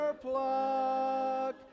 pluck